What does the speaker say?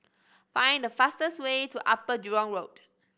find the fastest way to Upper Jurong Road